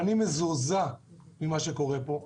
אני מזועזע ממה שקורה פה.